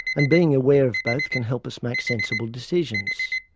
and being aware of both can help us make sensible decisions.